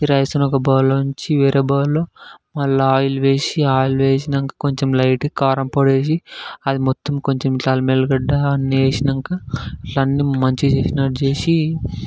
రైస్ను ఒక బౌల్లోంచి వేరే బౌల్లో మళ్ళీ ఆయిల్ వేసి ఆయిల్ వేసాక కొంచెం లైట్గా కారం పొడి వేసి అది మొత్తం కొంచం ఇలా అల్లం వెల్లిగడ్డ అన్నీ వేసాక ఇలా అన్నీ మంచిగా చేసినట్టు చేసి